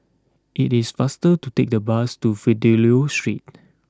it is faster to take the bus to Fidelio Street